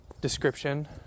description